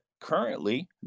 currently